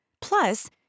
Plus